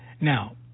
Now